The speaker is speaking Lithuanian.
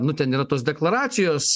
nu ten yra tos deklaracijos